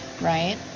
right